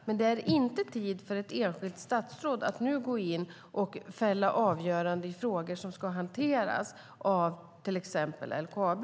Det är dock inte tid för ett enskilt statsråd att gå in och fälla avgörande i frågor som ska hanteras av till exempel LKAB.